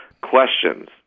questions